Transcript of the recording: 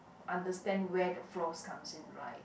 understand where the flaws comes in right